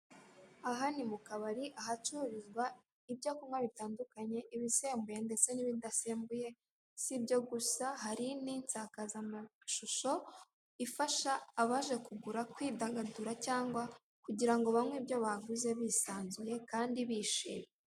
Aha ni mu kabari ahacururizwa ibyo kunywa bitandukanye ibisembuye ndetse n'ibidasembuye sibyo gusa hari ni insakazamashusho ifasha abaje kugura kwidagadura cyangwa kugirango banywe ibyo baguze bisanzuye kandi bishimye.